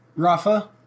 Rafa